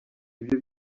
ibyo